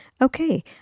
Okay